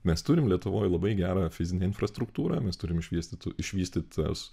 mes turim lietuvoj labai gerą fizinę infrastruktūrą mes turim išvystytų išvystytus